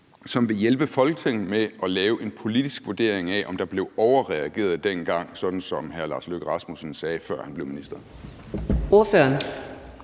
som vil hjælpe Folketinget med at lave en politisk vurdering af, om der blev overreageret dengang, som hr. Lars Løkke Rasmussen sagde, før han blev minister? Kl.